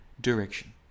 direction